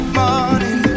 morning